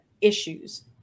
issues